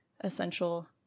essential